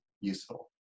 useful